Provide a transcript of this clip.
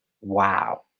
wow